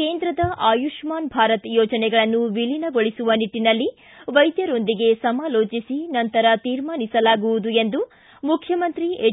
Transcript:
ಕೇಂದ್ರದ ಆಯುಷ್ಠಾನ್ ಭಾರತ್ ಯೋಜನೆಗಳನ್ನು ವಿಲೀನಗೊಳಿಸುವ ನಿಟ್ಟನಲ್ಲಿ ವೈದ್ಯರೊಂದಿಗೆ ಸಮಾಲೋಚಿಸಿ ನಂತರ ತೀರ್ಮಾನಿಸಲಾಗುವುದು ಎಂದು ಮುಖ್ಚಮಂತ್ರಿ ಹೆಚ್